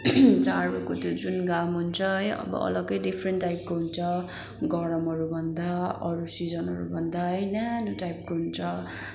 जाडोको त्यो जुन घाम हुन्छ है अब अलग्गै डिफरेन्ट टाइपको हुन्छ गरमहरूभन्दा अरू सिजनहरूभन्दा है न्यानो टाइपको हुन्छ